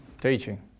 Teaching